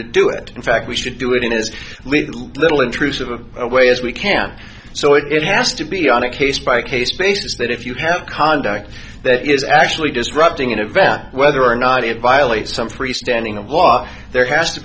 to do it in fact we should do it in this little intrusive a way as we can so it has to be on a case by case basis that if you have conduct that is actually disrupting an event whether or not it violates some free standing of law there has to